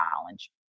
challenge